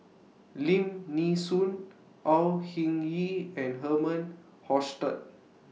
Lim Nee Soon Au Hing Yee and Herman Hochstadt